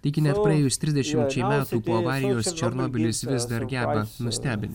taigi net praėjus trisdešimčiai metų po avarijos černobylis vis dar geba nustebinti